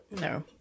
No